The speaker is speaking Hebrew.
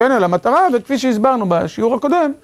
כן, על המטרה וכפי שהסברנו בשיעור הקודם.